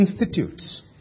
Institutes